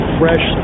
fresh